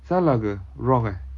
salah ke wrong eh